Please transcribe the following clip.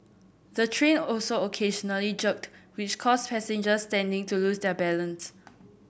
the train also occasionally jerked which caused passengers standing to lose their balance